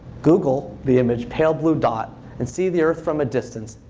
google the image pale blue dot and see the earth from a distance,